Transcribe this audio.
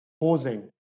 pausing